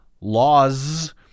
laws